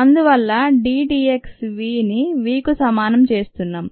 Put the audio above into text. అందువల్ల dd x v ని Vకు సమానం చేస్తుంది